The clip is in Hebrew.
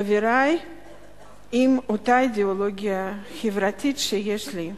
חברים עם אותה אידיאולוגיה חברתית שיש לי.